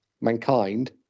mankind